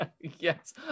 Yes